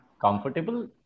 comfortable